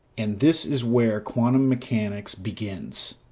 and this is where quantum mechanics begins.